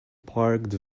parked